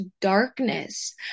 darkness